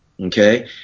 Okay